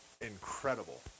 incredible